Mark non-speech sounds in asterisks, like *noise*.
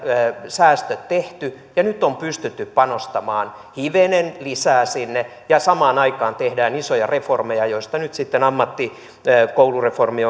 säästöt tehty ja nyt on pystytty panostamaan hivenen lisää sinne ja samaan aikaan tehdään isoja reformeja joista nyt sitten ammattikoulureformi *unintelligible*